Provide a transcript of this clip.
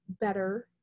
better